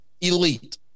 elite